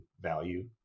value